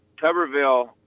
Tuberville